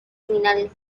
final